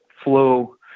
flow